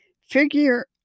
figure